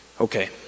Okay